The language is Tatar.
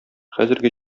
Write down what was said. хәзерге